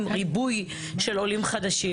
ריבוי של עולים חדשים.